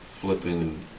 Flipping